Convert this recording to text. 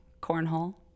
cornhole